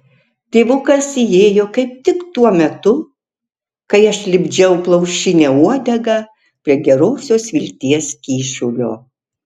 tėvukas įėjo kaip tik tuo metu kai aš lipdžiau plaušinę uodegą prie gerosios vilties kyšulio